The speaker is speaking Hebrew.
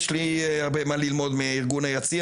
יש לי הרבה מה ללמוד מארגון היציע,